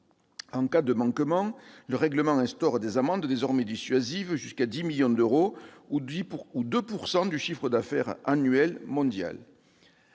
en cas de manquement, des amendes désormais dissuasives, jusqu'à 10 millions d'euros ou 2 % du chiffre d'affaires annuel mondial.